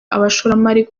abashoramari